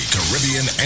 Caribbean